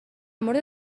مورد